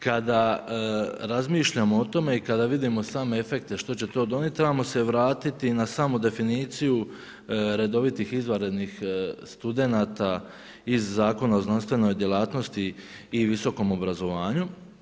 Kada razmišljamo o tome i kada vidimo same efekte što će to donijeti trebamo se vratiti na samu definiciju redovitih i izvanrednih studenata iz Zakona o znanstvenoj djelatnosti i visokom obrazovanju.